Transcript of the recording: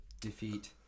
defeat